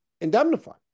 indemnify